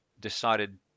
decided